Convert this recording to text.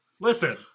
Listen